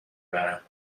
برم